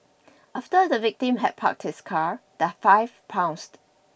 after the victim had parked his car the five pounced